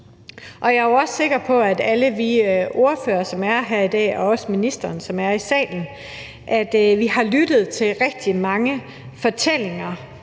som er her i dag, og også ministeren, som er i salen, har lyttet til rigtig mange fortællinger